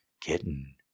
Kitten